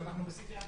אנחנו בסעיף 1(א)?